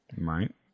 Right